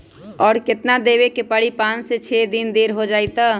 और केतना देब के परी पाँच से छे दिन देर हो जाई त?